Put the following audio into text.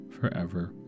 forever